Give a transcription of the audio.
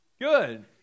good